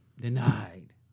denied